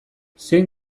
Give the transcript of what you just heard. zein